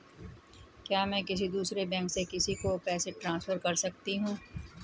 क्या मैं किसी दूसरे बैंक से किसी को पैसे ट्रांसफर कर सकती हूँ?